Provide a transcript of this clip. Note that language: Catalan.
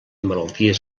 malalties